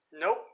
nope